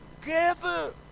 together